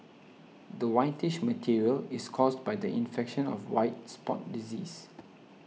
the whitish material is caused by the infection of white spot disease